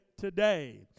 today